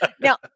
Now